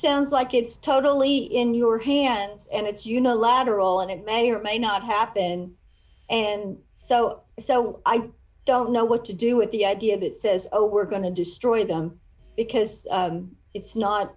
sounds like it's totally in your hands and it's you know lateral and it may or may not happen and so so i don't know what to do with the idea that says oh we're going to destroy them because it's not